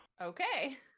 Okay